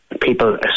People